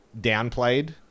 downplayed